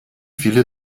viele